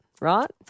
right